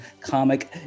comic